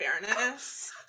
fairness